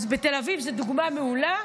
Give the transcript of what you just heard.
תל אביב היא דוגמה מעולה,